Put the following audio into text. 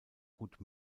gut